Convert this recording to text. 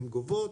הן גובות,